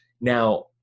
Now